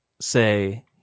say